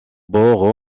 bord